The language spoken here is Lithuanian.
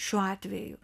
šiuo atveju